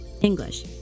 English